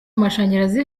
amashanyarazi